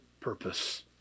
purpose